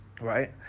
right